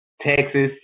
Texas